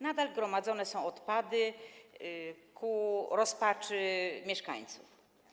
Nadal gromadzone są odpady ku rozpaczy mieszkańców.